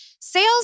Sales